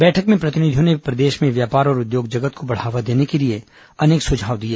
बैठक में प्रतिनिधियों ने प्रदेश में व्यापार और उद्योग जगत को बढ़ावा देने के लिए अनेक सुझाव दिए